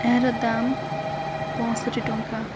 ଏହାର ଦାମ୍ ପଞ୍ଚଷଠି ଟଙ୍କା